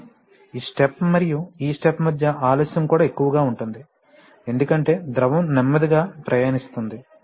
కానీ ఈ స్టెప్ మరియు ఈ స్టెప్ మధ్య ఆలస్యం కూడా ఎక్కువగా ఉంటుంది ఎందుకంటే ద్రవం నెమ్మదిగా ప్రయాణిస్తుంది